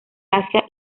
asia